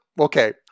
okay